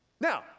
Now